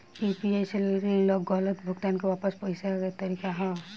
UPI से गलत भुगतान के वापस पाये के तरीका का ह?